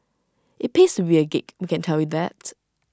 IT pays to be A geek we can tell you that